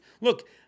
look